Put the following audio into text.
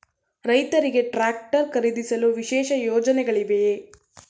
ರೈತರಿಗೆ ಟ್ರಾಕ್ಟರ್ ಖರೀದಿಸಲು ವಿಶೇಷ ಯೋಜನೆಗಳಿವೆಯೇ?